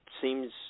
seems